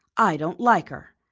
i don't like her.